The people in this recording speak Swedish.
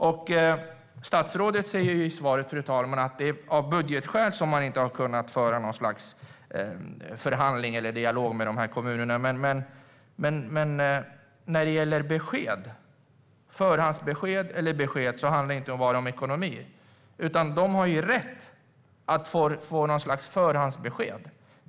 I svaret säger statsrådet att det är av budgetskäl som man inte har kunnat föra en dialog med dessa kommuner. Men förhandsbesked handlar inte bara om ekonomi. De har rätt att få ett förhandsbesked.